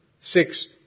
six